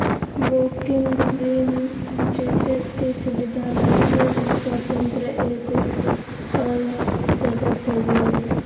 walking beam chassis की सुबिधा लगी एगो स्वतन्त्र एगोक्स्ल सेटअप होबो हइ